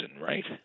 right